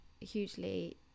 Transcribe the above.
hugely